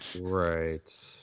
right